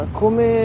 come